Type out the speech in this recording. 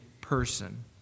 person